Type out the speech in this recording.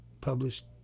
published